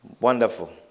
Wonderful